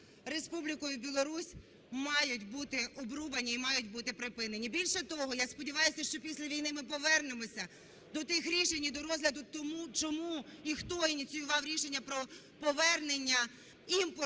Республікою Білорусь мають бути обрубані і мають бути припинені. Більше того, я сподіваюсь, що після війни ми повернемося до тих рішень і до розгляду того, чому і хто ініціював рішення про повернення імпорту